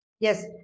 Yes